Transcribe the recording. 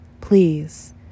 please